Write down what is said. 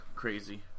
Crazy